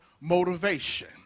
motivation